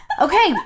Okay